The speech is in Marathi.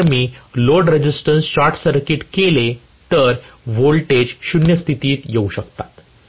जर मी लोड टर्मिनल्स शॉर्ट सर्किट केले तर व्होल्टेज 0 स्थितीत येऊ शकतात